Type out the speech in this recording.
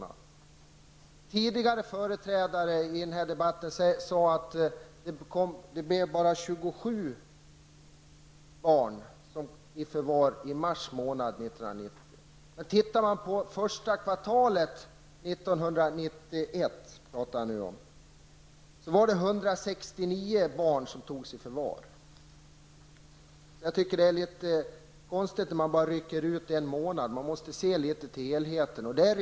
Den socialdemokratiske företrädaren som tidigare var uppe i debatten sade att det bara fanns 27 barn i förvar under mars 1990. Men under första kvartalet 1991 togs 169 barn i förvar. Det blir litet konstigt om man bara tar en siffra lösryckt för en månad. Man måste se till helheten.